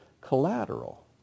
collateral